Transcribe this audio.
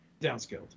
Downscaled